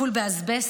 טיפול באסבסט,